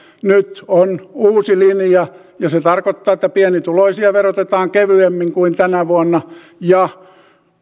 nyt on uusi linja ja se tarkoittaa että pienituloisia verotetaan kevyemmin kuin tänä vuonna ja